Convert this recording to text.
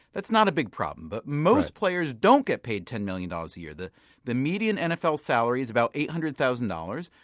that's not a big problem but most players don't get paid ten million dollars a year. the the median nfl salary is about eight hundred thousand dollars,